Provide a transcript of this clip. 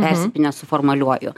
persipynęs su formaliuoju